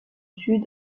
sud